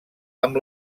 amb